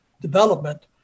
development